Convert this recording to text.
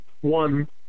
One